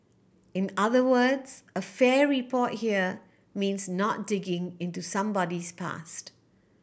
in other words a fair report here means not digging into somebody's past